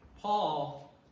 Paul